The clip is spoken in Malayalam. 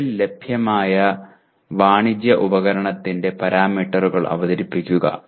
നിലവിൽ ലഭ്യമായ വാണിജ്യ ഉപകരണത്തിന്റെ പരാമീറ്ററുകൾ അവതരിപ്പിക്കുക